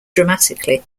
dramatically